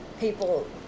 People